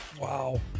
Wow